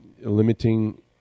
limiting